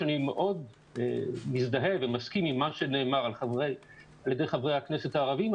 שאני מאוד מזדהה ומסכים עם מה שנאמר על ידי חברי הכנסת הערבים.